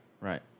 right